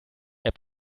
app